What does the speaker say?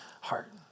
heart